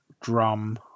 drum